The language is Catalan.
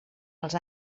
els